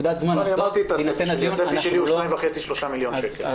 אמרתי שהצפי שלי הוא בין 2.5 ל-3 מיליון שקלים.